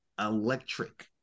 electric